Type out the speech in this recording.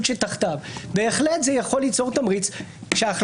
שתחתיו בהחלט זה יכול ליצור תמריץ שההחלטה,